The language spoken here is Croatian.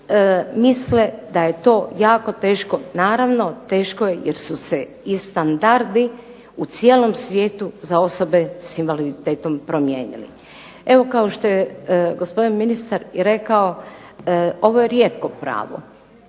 misle da je to jako teško. Naravno teško je jer su se i standardi u cijelom svijetu za osobe sa invaliditetom promijenili. Evo kao što je gospodine ministar rekao, ovo je rijetko pravo,